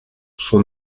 sont